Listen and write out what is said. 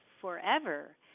forever